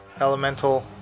elemental